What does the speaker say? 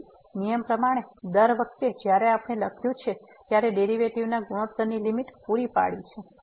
તેથી નિયમ પ્રમાણે દર વખતે જ્યારે આપણે લખ્યું છે ત્યારે ડેરીવેટીવ ના ગુણોત્તરની લીમીટ પૂરી પાડી છે